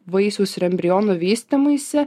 vaisiaus ir embriono vystymuisi